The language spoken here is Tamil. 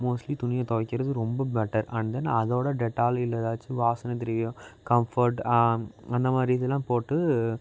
மோஸ்ட்லி துணியை துவைக்கிறது ரொம்ப பெட்டர் அண்ட் தென் அதோடு டெட்டால் இல்லை எதாச்சும் வாசனை திரவியம் கம்ஃபோர்ட் அந்தமாதிரி இதலாம் போட்டு